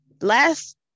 last